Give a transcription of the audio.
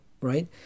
right